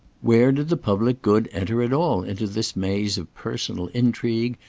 where did the public good enter at all into this maze of personal intrigue,